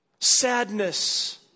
sadness